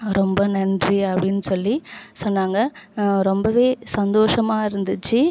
ரொம்ப நன்றி அப்படின் சொல்லி சொன்னாங்க ரொம்பவே சந்தோஷமாக இருந்துச்சு